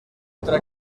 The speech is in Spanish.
otra